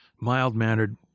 mild-mannered